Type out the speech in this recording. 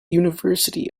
university